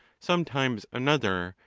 sometimes another,